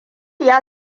ya